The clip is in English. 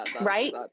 Right